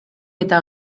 eta